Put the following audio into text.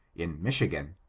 in michigan,